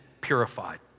purified